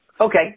Okay